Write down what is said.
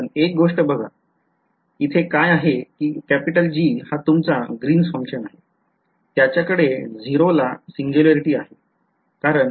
पण एक गोष्ट बघा इथे काय आहे कि G हा तुमचा ग्रीन्स Function आहे त्याच्याकडे 0 ला सिंग्युलॅरिटी आहे